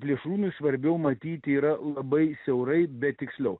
plėšrūnui svarbiau matyti yra labai siaurai bet tiksliau